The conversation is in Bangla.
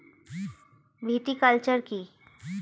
ভিটিকালচার কী?